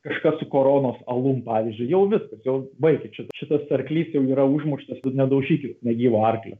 kažkas su koronos alum pavyzdžiui jau viskas jau baikit šitas arklys jau yra užmuštas ir nedaužykit negyvo arklio